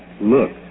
look